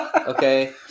Okay